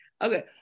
Okay